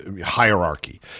hierarchy